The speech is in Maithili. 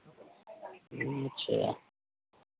अच्छा